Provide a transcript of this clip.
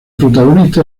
protagonista